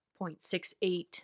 0.68